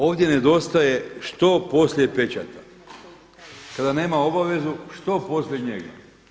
Ovdje nedostaje što poslije pečata, kada nema obavezu što poslije njega.